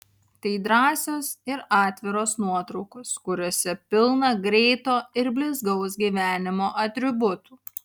tai drąsios ir atviros nuotraukos kuriose pilna greito ir blizgaus gyvenimo atributų